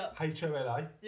H-O-L-A